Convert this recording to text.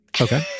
Okay